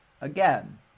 Again